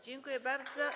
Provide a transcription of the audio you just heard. Dziękuję bardzo.